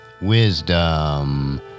Wisdom